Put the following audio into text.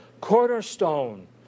cornerstone